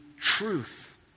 Truth